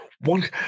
One